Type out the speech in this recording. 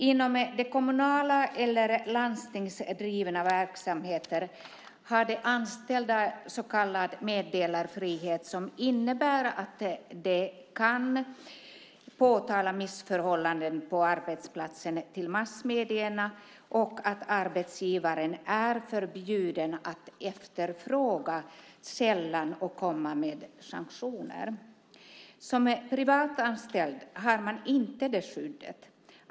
Inom kommunala eller landstingsdrivna verksamheter har de anställda så kallad meddelarfrihet som innebär att de kan påtala missförhållanden på arbetsplatsen till massmedierna och att arbetsgivaren är förbjuden att efterfråga källan och komma med sanktioner. Som privatanställd har man inte det skyddet.